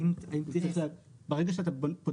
ברגע שאתה.